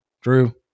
Drew